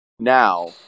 Now